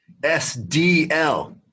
SDL